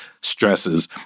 stresses